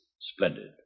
Splendid